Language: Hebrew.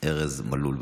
ארז מלול.